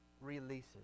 releases